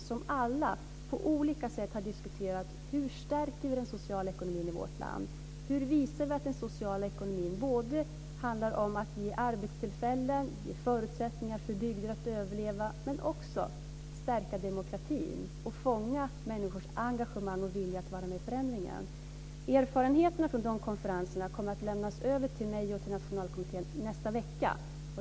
På alla har man på olika sätt diskuterat hur vi stärker den sociala ekonomin i vårt land, hur vi visar att den sociala ekonomin handlar om att ge arbetstillfällen, ge förutsättningar för bygder att överleva men också om att stärka demokratin och fånga människors engagemang och vilja att vara med i förändringen. Erfarenheterna från de här konferenserna kommer att lämnas över till mig och Nationalkommittén nästa vecka.